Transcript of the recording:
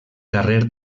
carrer